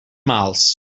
mals